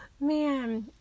Man